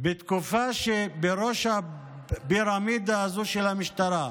בתקופה שבראש הפירמידה הזו, של המשטרה,